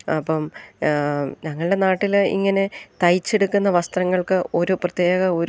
അപ്പം ഞങ്ങളുടെ നാട്ടിൽ ഇങ്ങനെ തയ്ച്ചെടുക്കുന്ന വസ്ത്രങ്ങൾക്ക് ഓരോ പ്രത്യേക ഒരു